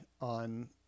on